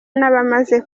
n’abamaze